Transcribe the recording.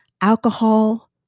alcohol